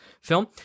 film